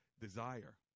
desire